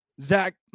Zach